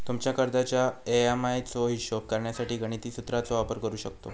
तुमच्या कर्जाच्या ए.एम.आय चो हिशोब करण्यासाठी गणिती सुत्राचो वापर करू शकतव